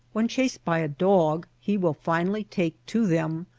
when chased by a dog he will finally take to them,